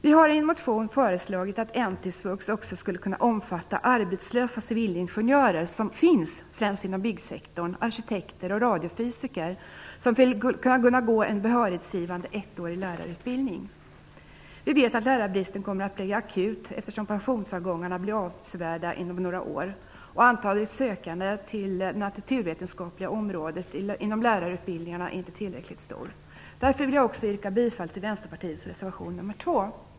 Vi har i en motion föreslagit att N/T-svux också skulle kunna omfatta arbetslösa civilingenjörer, som finns främst inom byggsektorn, samt arkitekter och radiofysiker som skulle kunna gå en behörighetsgivande ettårig lärarutbildning. Vi vet att lärarbristen kommer att bli akut, eftersom pensionsavgångarna blir avsevärda inom några år och antalet sökande till det naturvetenskapliga området inom lärarutbildningarna inte är tillräckligt stor. Därför vill jag också yrka bifall till Vänsterpartiets reservation 2.